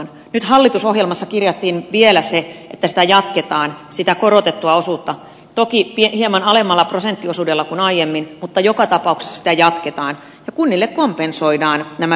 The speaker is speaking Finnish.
nyt hallitusohjelmaan kirjattiin vielä se että sitä korotettua osuutta jatketaan toki hieman alemmalla prosenttiosuudella kuin aiemmin mutta joka tapauksessa sitä jatketaan ja kunnille kompensoidaan nämä veromenetykset